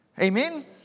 Amen